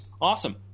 awesome